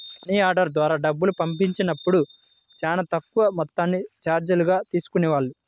money order ద్వారా డబ్బులు పంపించినప్పుడు చానా తక్కువ మొత్తాన్ని చార్జీలుగా తీసుకునేవాళ్ళు